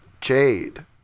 Jade